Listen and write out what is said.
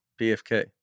PFK